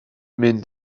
mynd